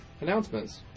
announcements